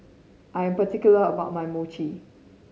I am particular about my Mochi